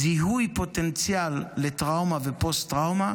זיהוי פוטנציאל לטראומה ולפוסט-טראומה